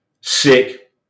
sick